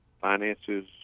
finances